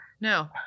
No